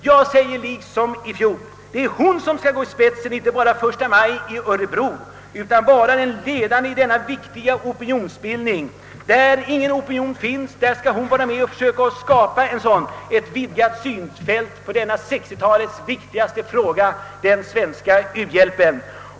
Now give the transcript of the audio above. Jag vidhåller i år liksom i fjol att det är hon som skall gå i spetsen inte bara den 1 maj i Örebro i detta sammanhang utan också vara den ledande i denna viktiga opinionsbildning. Där ingen opinion finns skall hon försöka skapa ett vidgat synsätt på den svenska u-hjälpen — 1960-talets viktigaste fråga.